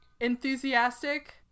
enthusiastic